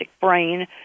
Brain